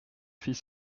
fit